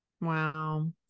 Wow